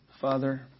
Father